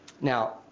Now